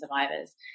survivors